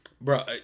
Bro